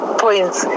points